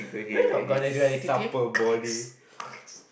we're not gonna do anything to him